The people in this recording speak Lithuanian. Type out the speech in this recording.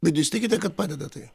bet jūs tikite kad padeda tai